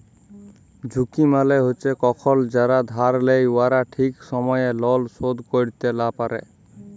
ঝুঁকি মালে হছে কখল যারা ধার লেই উয়ারা ঠিক সময়ে লল শোধ ক্যইরতে লা পারে